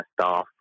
staff